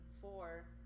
four